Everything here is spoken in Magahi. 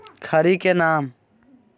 खड़ी के नाम?